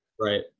Right